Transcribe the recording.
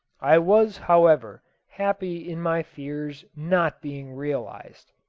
i was, however, happy in my fears not being realized.